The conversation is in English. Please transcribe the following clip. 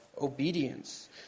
obedience